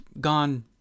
gone